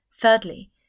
Thirdly